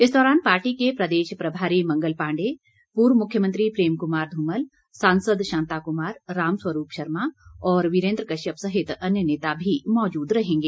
इस दौरान पार्टी के प्रदेश प्रभारी मंगल पांडे पूर्व मुख्यमंत्री प्रेम कुमार धूमल सांसद शांता कुमार राम स्वरूप शर्मा और वीरेन्द्र कश्यप सहित अन्य नेता भी मौजूद रहेंगे